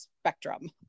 spectrum